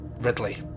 Ridley